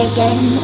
Again